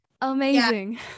amazing